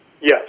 Yes